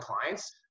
clients